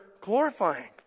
glorifying